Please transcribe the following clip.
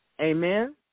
Amen